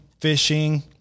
fishing